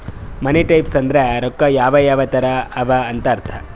ಮನಿ types ಅಂದುರ್ ರೊಕ್ಕಾ ಯಾವ್ ಯಾವ್ ತರ ಅವ ಅಂತ್ ಅರ್ಥ